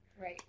right